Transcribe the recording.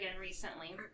recently